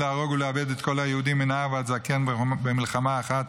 להרוג ולאבד את כל היהודים מנער ועד זקן במלחמה אחת,